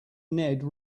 ned